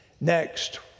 Next